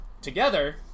together